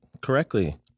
correctly